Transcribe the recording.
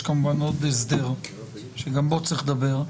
יש כמובן עוד הסדר שגם עליו צריך לדבר.